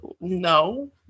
No